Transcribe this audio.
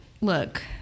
look